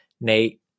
Nate